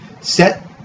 set